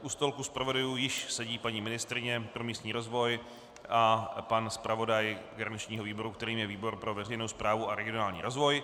U stolku zpravodajů již sedí paní ministryně pro místní rozvoj a pan zpravodaj garančního výboru, kterým je výbor pro veřejnou správu a regionální rozvoj.